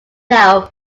now